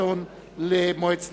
גולדסטון למועצת